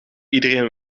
iedereen